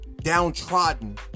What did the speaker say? downtrodden